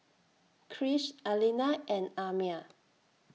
Krish Alina and Amiah